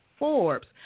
Forbes